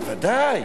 ודאי.